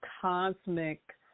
cosmic